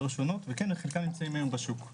שונות וכן חלקן נמצאות היום בשוק הישראלי,